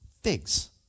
Figs